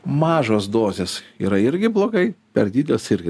mažos dozės yra irgi blogai per didelės irgi